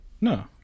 No